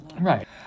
Right